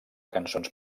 cançons